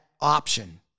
option